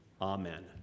Amen